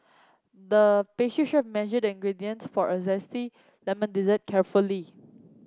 the chef measured the ingredients for a zesty lemon dessert carefully